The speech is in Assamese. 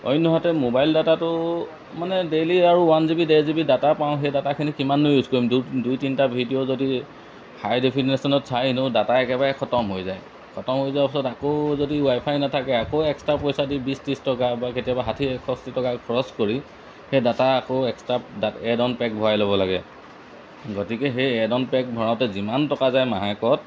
অন্যহাতে মবাইল ডাটাটো মানে ডেইলি আৰু ওৱান জি বি ডেৰ জি বি ডাটা পাওঁ সেই ডাটাখিনি কিমাননো ইউজ কৰিম দুই তিনিটা ভিডিঅ' যদি হাই ডেফিনেশ্যনত চায় এনেও ডাটা একেবাৰে খতম হৈ যায় খতম হৈ যোৱাৰ পিছত আকৌ যদি ৱাইফাই নাথাকে আকৌ এক্সট্ৰা পইচা দি বিছ ত্ৰিছ টকা বা কেতিয়াবা ষাঠি এষষ্টি টকা খৰচ কৰি সেই ডাটা আকৌ এক্সট্ৰা এড অ'ন পেক ভৰাই ল'ব লাগে গতিকে সেই এড অ'ন পেক ভৰাওঁতে যিমান টকা যায় মাহেকত